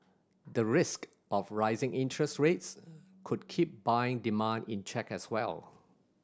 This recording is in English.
the risk of rising interest rates could keep buying demand in check as well